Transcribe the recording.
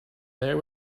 there